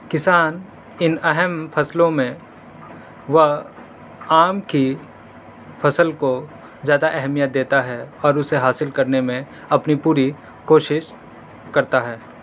کسان ان اہم فصلوں میں وہ آم کی فصل کو زیادہ اہمیت دیتا ہے اور اسے حاصل کرنے میں اپنی پوری کوشش کرتا ہے